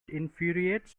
infuriates